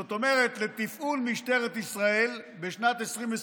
זאת אומרת לתפעול משטרת ישראל בשנת 2021